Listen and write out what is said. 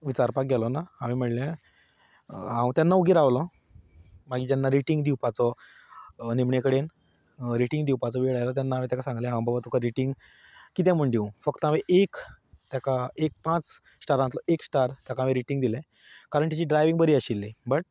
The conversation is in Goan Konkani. विचारपाक गेलो ना हांवें म्हणलें हांव तेन्ना ओगी रावलों मागीर जेन्ना रेटींग दिवपाचो निमणे कडेन रेटींग दिवपाचो वेळ आयलो तेन्ना हांवें ताकां सांगलें हांव बाबा तुका रेटींग कितें म्हूण दिवं फक्त हांव एक ताका पांच स्टारांतलो एक स्टार ताका हांवें रेटींग दिलें कारण ताजी ड्रायवींग बरी आशिल्ली बट